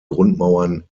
grundmauern